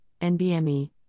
NBME